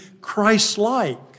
Christ-like